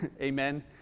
amen